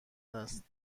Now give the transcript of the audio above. است